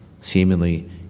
seemingly